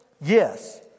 Yes